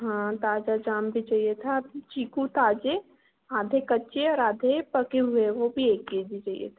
हाँ ताज़ा जाम भी चाहिए था चीकू ताज़ा आधे कच्चे और आधे पके हुए वह भी एक दे दीजिए